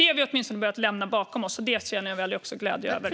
Det har vi åtminstone börjat lämna bakom oss, och det känner jag också en väldig glädje över.